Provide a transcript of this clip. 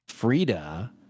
Frida